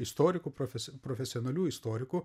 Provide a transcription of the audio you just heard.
istorikų profes profesionalių istorikų